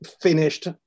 finished